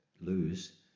lose